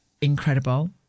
incredible